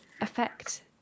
affect